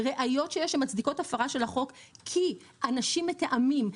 ראיות שיש שמצדיקות הפרה של החוק כי אנשים מתאמים,